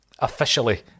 officially